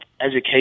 education